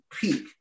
peak